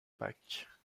pâques